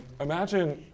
imagine